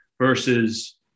versus